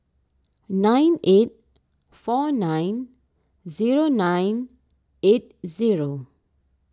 nine eight four nine zero nine eight zero